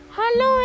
Hello